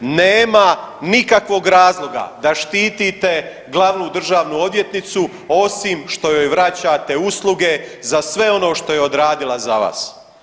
Nema nikakvog razloga da štitite glavnu državnu odvjetnicu osim što joj vraćate usluge za sve ono što je odradila za vas.